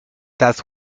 das